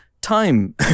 time